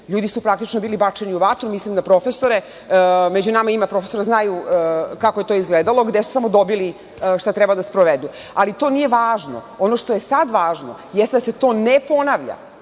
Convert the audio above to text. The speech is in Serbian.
Ljudi su praktično bili bačeni u vatru, mislim na profesore. Među nama ima profesora, znaju kako je to izgledalo, gde su samo dobili šta treba da sprovedu. Ali, to nije važno. Ono što je sada važno jeste da se to ne ponavlja,